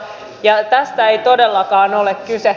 tästä ei todellakaan ole kyse